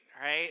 right